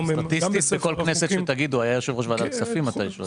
סטטיסטית בכל כנסת שתגידו הוא היה יושב ראש ועדת כספים מתישהו.